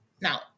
Now